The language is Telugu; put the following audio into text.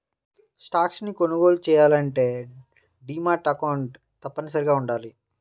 స్టాక్స్ ని కొనుగోలు చెయ్యాలంటే డీమాట్ అకౌంట్ తప్పనిసరిగా వుండాలి